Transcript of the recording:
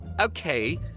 Okay